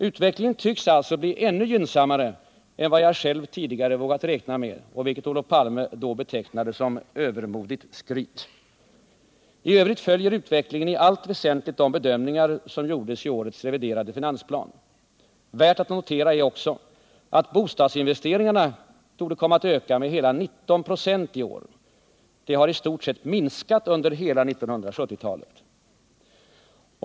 Utvecklingen tycks alltså bli ännu gynnsammare än vad jag själv tidigare vågat räkna med och vilket Olof Palme då betecknade som övermodigt skryt. I övrigt följer den i allt väsentligt de bedömningar som gjordes i årets reviderade finansplan. Värt att notera är också att bostadsinvesteringarna bedöms komma att öka med hela 19,1 96 i år. De har i stort sett minskat under hela 1970-talet.